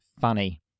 funny